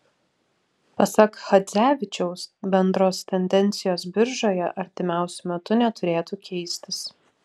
pasak chadzevičiaus bendros tendencijos biržoje artimiausiu metu neturėtų keistis